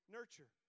Nurture